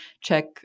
check